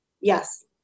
Yes